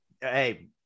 Hey